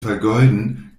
vergeuden